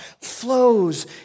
flows